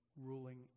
ruling